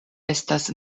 estas